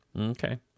Okay